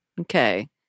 Okay